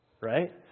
right